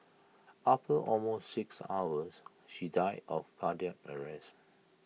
after almost six hours she died of cardiac arrest